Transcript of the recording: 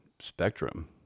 spectrum